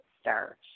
start